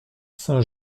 saint